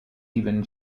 even